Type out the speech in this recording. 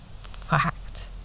Fact